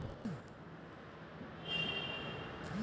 Damini app वर खरोखर विजाइच्या कडकडाटाची सूचना मिळन का?